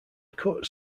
cut